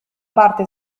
parte